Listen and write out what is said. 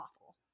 awful